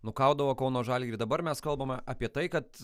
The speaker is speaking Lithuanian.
nukaudavo kauno žalgirį dabar mes kalbame apie tai kad